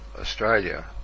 Australia